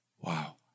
Wow